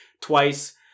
Twice